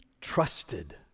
trusted